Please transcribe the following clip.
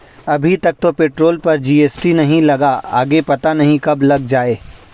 अभी तक तो पेट्रोल पर जी.एस.टी नहीं लगा, आगे पता नहीं कब लग जाएं